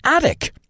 attic